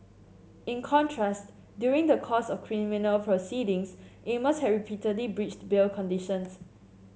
in contrast during the course of criminal proceedings Amos had repeatedly breached bail conditions